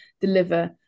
deliver